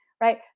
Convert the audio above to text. right